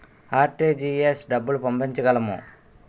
RTGS డబ్బులు పంపించగలము?